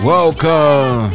Welcome